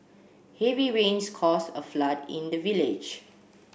heavy rains caused a flood in the village